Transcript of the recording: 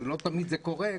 לא תמיד זה קורה,